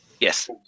Yes